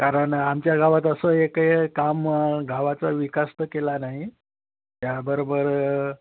कारण आमच्या गावात असं एकही काम गावाचा विकास तर केला नाही त्याबरोबर